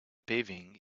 paving